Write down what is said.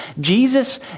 Jesus